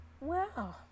wow